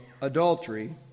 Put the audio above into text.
adultery